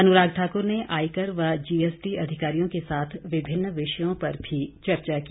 अनुराग ठाकुर ने आयकर व जीएसटी अधिकारियों के साथ विभिन्न विषयों पर भी चर्चा की